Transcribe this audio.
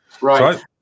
Right